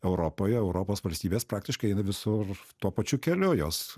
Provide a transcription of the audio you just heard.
europoje europos valstybės praktiškai eina visur tuo pačiu keliu jos